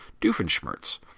Doofenshmirtz